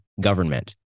government